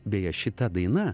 beje šita daina